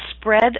spread